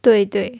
对对